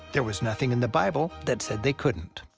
there was nothing in the bible that said they couldn't.